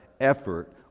effort